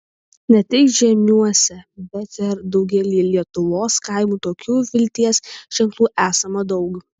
ne tik žeimiuose bet ir daugelyje lietuvos kaimų tokių vilties ženklų esama daug